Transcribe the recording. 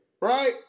Right